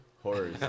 Horror